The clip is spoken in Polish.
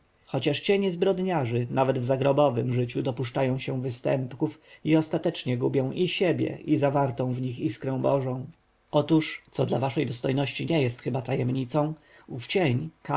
chociaż cienie zbrodniarzy nawet w zagrobowem życiu dopuszczają się występków i ostatecznie gubią i siebie i zawartą w nich iskrę bożą otóż co dla waszej dostojności nie jest chyba tajemnicą ów cień